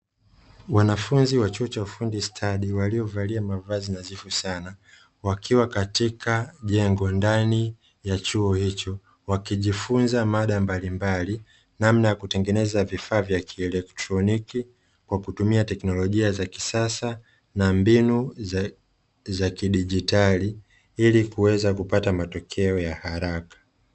Wanafunzi wa chuo cha ufundi stadi, waliovalia mavazi nadhifu sana, wakiwa katika jengo ndani ya chuo hicho, wakijifunza mada mbalimbali, namna ya kutengeneza vifaa vya kielektroniki kwa kutumia teknolojia za kisasa na mbinu za kidijitali, ili kuweza kupata matokeo ya haraka.